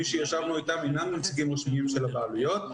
מי שישבנו איתם אינם נציגים רשמיים של הבעלויות.